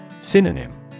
Synonym